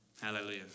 Hallelujah